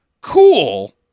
cool